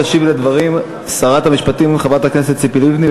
תשיב שרת המשפטים ציפי לבני.